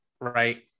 right